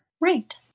Right